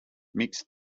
mixed